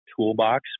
toolbox